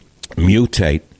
mutate